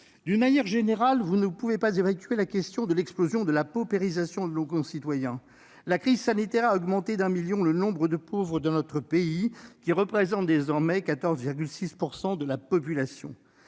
D'une manière générale, vous ne pouvez pas évacuer la question de l'explosion de la paupérisation de nos concitoyens. La crise sanitaire a augmenté d'un million le nombre de pauvres dans notre pays ; ceux-ci représentent désormais 14,6 % de la population.